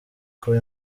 kuba